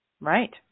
right